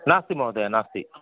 नास्ति महोदया नास्ति